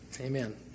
amen